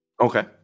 Okay